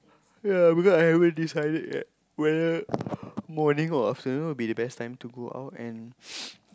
ya because I haven't decided yet whether morning or afternoon would be the best time to go out and